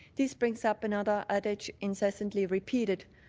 this brings up another adage incessantly repeated,